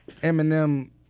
Eminem